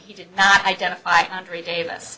he did not identify andre davis